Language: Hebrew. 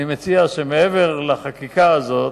אני מציע, שמעבר לחקיקה הזאת